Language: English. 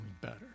better